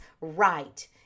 right